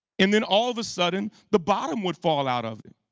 and then all of a sudden the bottom would fall out of it.